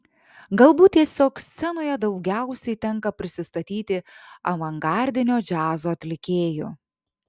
galbūt tiesiog scenoje daugiausiai tenka prisistatyti avangardinio džiazo atlikėju